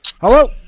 hello